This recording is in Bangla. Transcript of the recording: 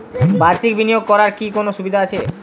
বাষির্ক বিনিয়োগ করার কি কোনো সুবিধা আছে?